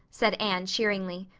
said anne cheeringly.